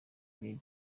ari